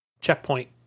checkpoint